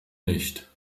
nicht